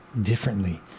differently